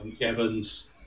Evans